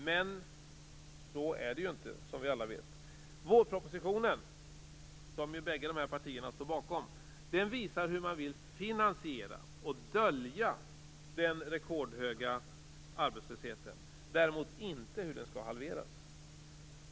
Men så är det ju inte, som vi alla vet. Vårpropositionen, som bägge dessa partier står bakom, visar hur man vill finansiera och dölja den rekordhöga arbetslösheten, däremot inte hur den skall halveras.